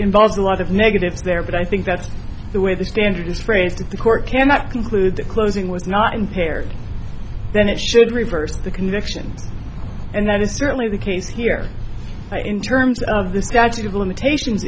involves a lot of negatives there but i think that's the way the standard is phrased that the court cannot conclude the closing was not impaired then it should reverse the conviction and that is certainly the case here in terms of the statute of limitations